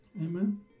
Amen